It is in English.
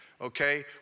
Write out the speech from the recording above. okay